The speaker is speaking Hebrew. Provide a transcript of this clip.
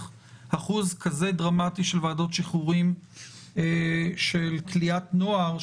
אחוז כזה דרמטי של ועדות שחרורים של כליאת נוער,